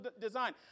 design